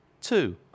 two